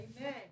Amen